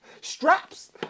Straps